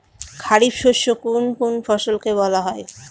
খারিফ শস্য কোন কোন ফসলকে বলা হয়?